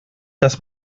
das